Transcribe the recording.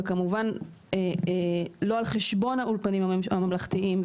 וכמובן לא על חשבון האולפנים הממלכתיים,